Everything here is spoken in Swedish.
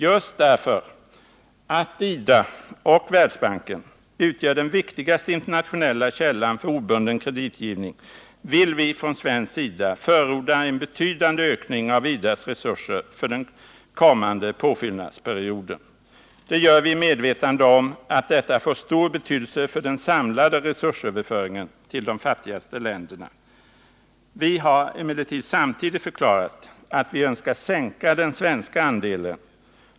Just därför att IDA och Världsbanken utgör den viktigaste internationella källan för obunden kreditgivning vill vi från svensk sida förorda en betydande ökning av IDA:s resurser för den kommande påfyllnadsperioden. Det gör vi i medvetande om att detta får stor betydelse för den samlade resursöverföringen till de fattigaste länderna. Vi har emellertid samtidigt förklarat att vi önskar minska den svenska andelen.